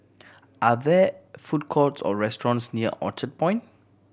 are there food courts or restaurants near Orchard Point